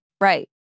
Right